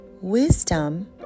wisdom